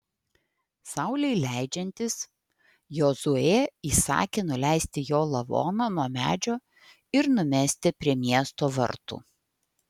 saulei leidžiantis jozuė įsakė nuleisti jo lavoną nuo medžio ir numesti prie miesto vartų